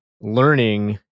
learning